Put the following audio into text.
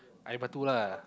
air batu lah